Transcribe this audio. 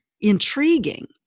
intriguing